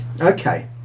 Okay